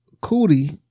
Cootie